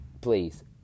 Please